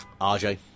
RJ